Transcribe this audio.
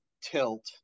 Tilt